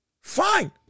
Fine